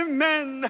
Amen